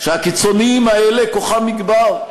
שהקיצונים האלה כוחם יגבר,